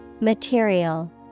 Material